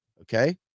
okay